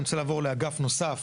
אני רוצה לעבור לאגף נוסף,